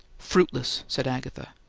fruitless! said agatha.